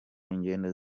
ingendo